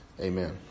Amen